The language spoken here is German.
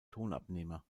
tonabnehmer